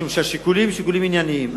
משום שהשיקולים הם שיקולים ענייניים.